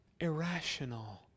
irrational